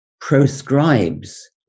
proscribes